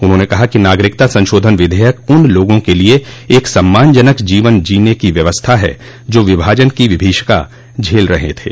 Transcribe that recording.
उन्होंने कहा कि नागरिकता संशोधन विधेयक उन लोगों के लिये एक सम्मानजनक जीवन जीने की व्यवस्था है जो विभाजन की विभीषिका झेल रहे थे